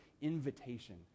invitation